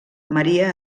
maria